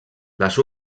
les